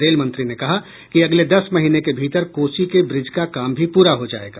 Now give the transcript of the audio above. रेलमंत्री ने कहा कि अगले दस महीने के भीतर कोसी के ब्रिज का काम भी पूरा हो जायेगा